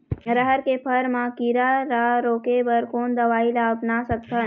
रहर के फर मा किरा रा रोके बर कोन दवई ला अपना सकथन?